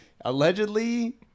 allegedly